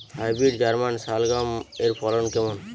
Hybrid German শালগম এর ফলন কেমন?